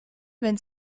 wenn